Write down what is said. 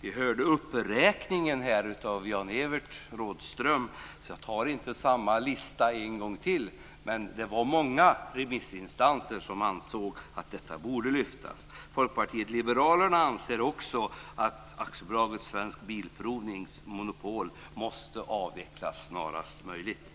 Vi hörde här Jan-Evert Rådhströms uppräkning, så jag tar inte samma lista en gång till. Men det var många remissinstanser som ansåg att detta borde lyftas. Folkpartiet liberalerna anser också att AB Svensk Bilprovnings monopol måste avvecklas snarast möjligt.